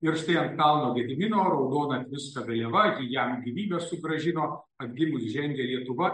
ir štai ant kalno gedimino raudona tviska vėliava ji jam gyvybę sugrąžino atgimus žengia lietuva